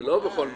זה לא בכל מקום.